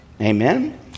Amen